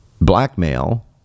blackmail